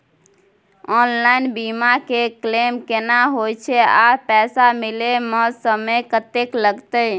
Online बीमा के claim केना होय छै आ पैसा मिले म समय केत्ते लगतै?